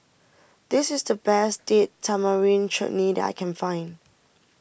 this is the best Date Tamarind Chutney that I can find